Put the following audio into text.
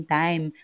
time